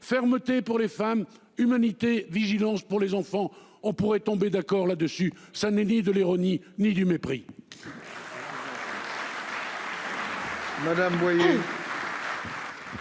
fermeté pour les femmes humanité vigilance pour les enfants on pourrait tomber d'accord là-dessus ça Nelly de l'ironie, ni du mépris.